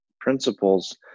principles